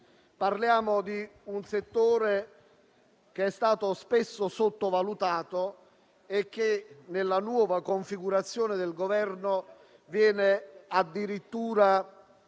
tale settore è stato spesso sottovalutato e nella nuova configurazione del Governo viene addirittura